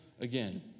again